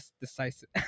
Decisive